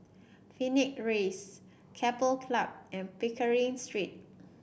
Phoenix Rise Keppel Club and Pickering Street